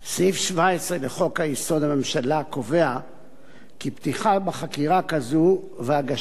סעיף 17 לחוק-היסוד קובע כי פתיחה בחקירה כזו והגשת